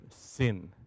sin